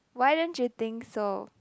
why don't you think so